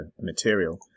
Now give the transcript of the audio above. material